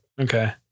okay